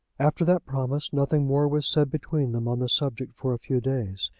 after that promise nothing more was said between them on the subject for a few days.